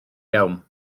iawn